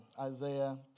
Isaiah